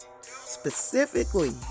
specifically